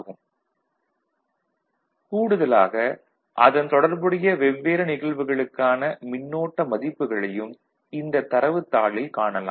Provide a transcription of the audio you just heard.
4V கூடுதலாக அதன் தொடர்புடைய வெவ்வேறு நிகழ்வுகளுக்கான மின்னோட்ட மதிப்புகளையும் இந்தத் தரவுத் தாளில் காணலாம்